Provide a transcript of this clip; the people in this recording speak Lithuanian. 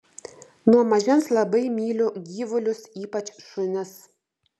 nuo mažens labai myliu gyvulius ypač šunis